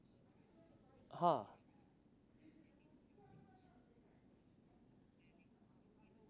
ha